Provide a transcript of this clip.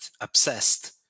obsessed